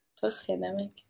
post-pandemic